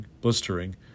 blistering